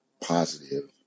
positive